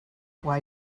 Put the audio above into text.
why